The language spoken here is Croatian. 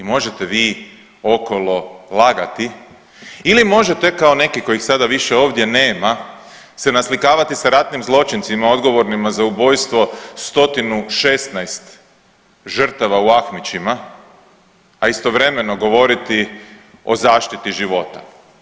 I možete vi okolo lagati ili možete kao neki kojih sada više ovdje nema se naslikavati sa ratnim zločincima odgovornima za ubojstvo 116 žrtava u Ahmićima, a istovremeno govoriti o zaštiti života.